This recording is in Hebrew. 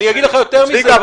אני אגיד לך יותר מזה,